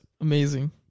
amazing